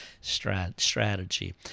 strategy